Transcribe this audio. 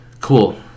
cool